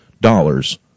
dollars